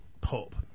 pop